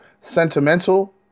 sentimental